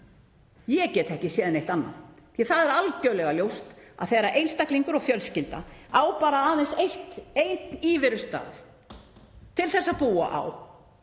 Ég get ekki séð neitt annað því það er algjörlega ljóst að þegar einstaklingur og fjölskylda á bara aðeins einn íverustað til þess að búa á,